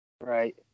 Right